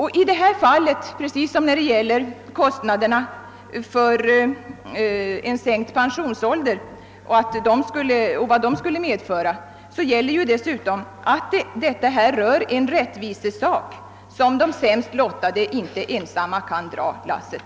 Här gäller det — precis som beträffande kostnaderna för en sänkt pensionsålder — en rättvisesak, för vars genomförande de sämst lottade inte kan dra lasset.